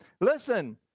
listen